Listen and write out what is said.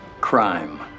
crime